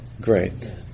great